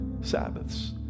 Sabbaths